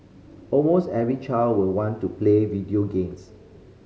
almost every child will want to play video games